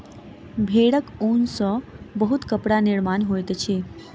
भेड़क ऊन सॅ बहुत कपड़ा निर्माण होइत अछि